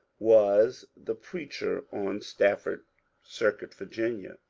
was the preacher on staf ford circuit, virginia,